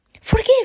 Forgive